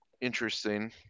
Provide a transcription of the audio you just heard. interesting